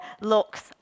looks